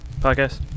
podcast